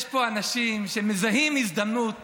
יש פה אנשים שמזהים הזדמנות